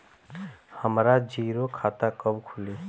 हमरा जीरो खाता कब खुली?